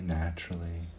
naturally